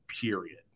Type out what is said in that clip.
period